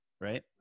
Right